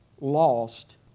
lost